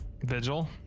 Vigil